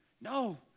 No